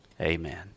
Amen